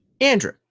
Andrew